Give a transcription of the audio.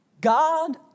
God